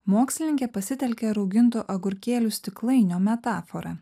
mokslininkė pasitelkė raugintų agurkėlių stiklainio metaforą